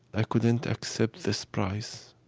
i couldn't accept this price.